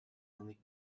money